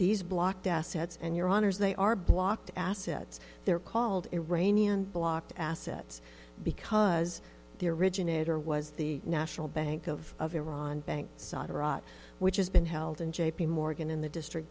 these blocked assets and your honour's they are blocked assets they're called iranian blocked assets because the originator was the national bank of iran bank saad rot which has been held in j p morgan in the district